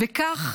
וכך